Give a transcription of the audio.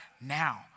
now